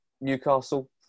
Newcastle